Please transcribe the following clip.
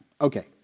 Okay